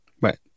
Right